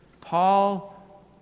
Paul